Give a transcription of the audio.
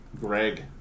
Greg